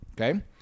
okay